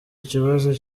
kibazo